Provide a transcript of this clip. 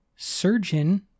surgeon